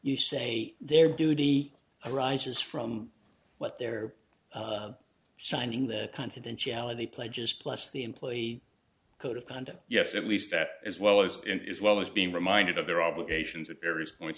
you say their duty arises from what they're signing the confidentiality pledges plus the employee code of conduct yes at least that as well as well as being reminded of their obligations at various points